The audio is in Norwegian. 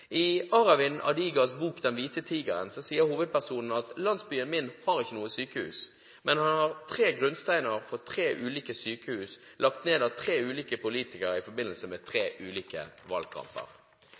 Aravind Adigas bok «Hvit tiger» sier hovedpersonen at «landsbyen min har ikke noe sykehus. Men den har tre grunnsteiner for tre ulike sykehus, lagt ned av tre ulike politikere i forbindelse med tre